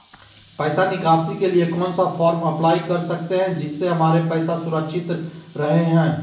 पैसा निकासी के लिए कौन सा फॉर्म अप्लाई कर सकते हैं जिससे हमारे पैसा सुरक्षित रहे हैं?